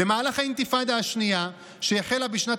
"במהלך האינתיפאדה השנייה שהחלה בשנת